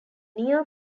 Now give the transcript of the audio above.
neo